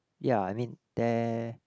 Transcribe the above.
ya I mean there